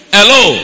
Hello